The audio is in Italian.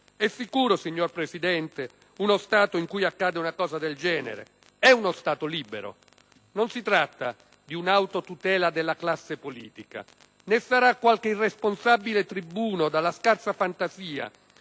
È sicuro, signor Presidente, uno Stato in cui accade una cosa del genere? È uno Stato libero? Non si tratta di un'autotutela della classe politica. Né sarà qualche irresponsabile tribuno dalla scarsa fantasia